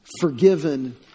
forgiven